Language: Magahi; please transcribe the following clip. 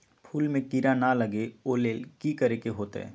फूल में किरा ना लगे ओ लेल कि करे के होतई?